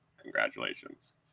Congratulations